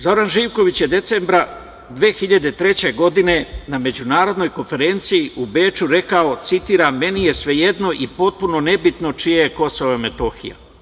Zoran Živković je decembra 2003. godine na međunarodnoj konferenciji u Beču rekao: „Meni je sve jedno i potpuno nebitno čije je Kosovo i Metohija“